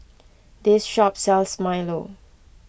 this shop sells Milo